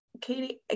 Katie